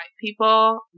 people